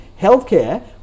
Healthcare